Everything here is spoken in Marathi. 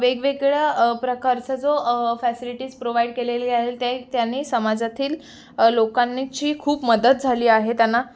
वेगवेगळ्या प्रकारचा जो फॅसिलिटीज प्रोवाइड केलेली आहे ते त्यांनी समाजातील लोकांची खूप मदत झाली आहे त्यांना